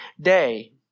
day